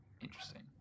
interesting